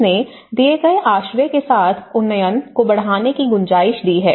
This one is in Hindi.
इसने दिए गए आश्रय के साथ उन्नयन को बढ़ाने की गुंजाइश दी है